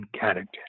character